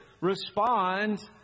respond